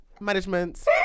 management